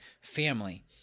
family